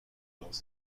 glandes